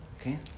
Okay